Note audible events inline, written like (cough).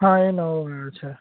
હા એ નવો (unintelligible) છે